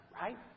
right